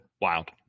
wild